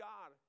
God